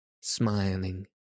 smiling